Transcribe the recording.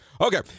Okay